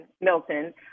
Milton